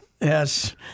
Yes